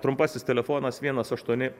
trumpasis telefonas vienas aštuoni